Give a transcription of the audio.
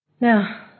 Now